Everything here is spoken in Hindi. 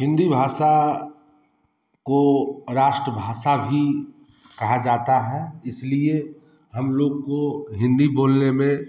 हिंदी भाषा को राष्ट्रभाषा भी कहा जाता है इसलिए हम लोग को हिंदी बोलने में